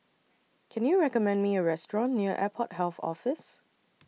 Can YOU recommend Me A Restaurant near Airport Health Office